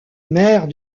maire